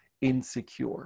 insecure